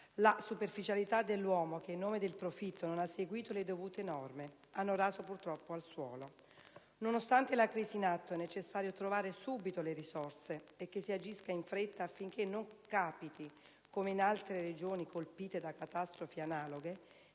la superficialità dell'uomo che in nome del profitto non ha seguito le dovute norme, hanno raso purtroppo al suolo. Nonostante la crisi in atto, è necessario trovare subito le risorse e agire in fretta affinché non capiti, come in altre regioni colpite da catastrofi analoghe,